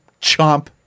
chomp